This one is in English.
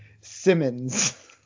Simmons